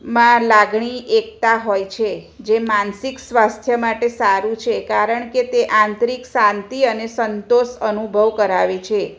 માં લાગણી એકતા હોય છે જ માનસિક સ્વાસ્થ્ય માટે સારું છે કારણ કે તે આંતરિક શાંતિ અને સંતોષ અનુભવ કરાવે છે